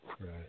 Right